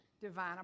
Divine